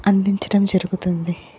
అందించటం జరుగుతుంది